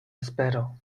espero